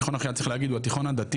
תיכון אחיה צריך להגיד הוא התיכון הדתי